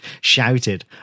shouted